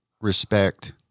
respect